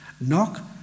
Knock